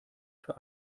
für